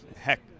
heck